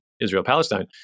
Israel-Palestine